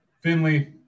Finley